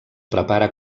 prepara